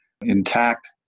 intact